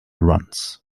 runs